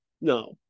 No